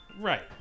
Right